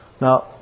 Now